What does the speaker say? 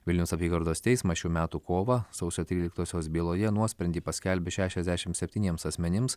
vilniaus apygardos teismas šių metų kovą sausio tryliktosios byloje nuosprendį paskelbė šešiasdešimt septyniems asmenims